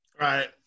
right